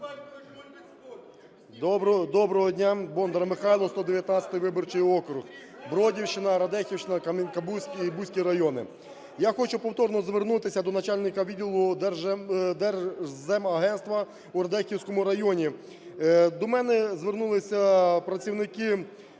Доброго дня! Бондар Михайло, 119 виборчий округ, Бродівщина, Радехівщина, Кам'янка-Бузький і Буський райони. Я хочу повторно звернутися до начальника відділу Держземагентства у Радехівському районі. До мене звернулися працівники